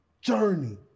journey